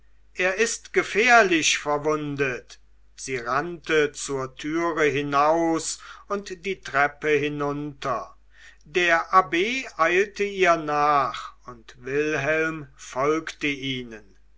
er ist gefährlich verwundet sie rannte zur türe hinaus und die treppe hinunter der abb eilte ihr nach und wilhelm folgte ihnen